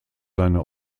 seine